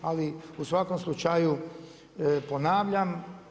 Ali u svakom slučaju ponavljam.